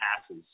passes